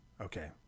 okay